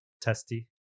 Testy